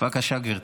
בבקשה, גברתי.